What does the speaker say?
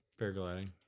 Paragliding